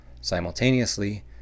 simultaneously